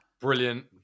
brilliant